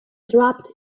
dropped